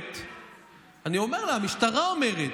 אומר לה שהמשטרה אומרת,